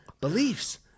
beliefs